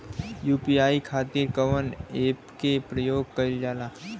UPI खातीर कवन ऐपके प्रयोग कइलजाला?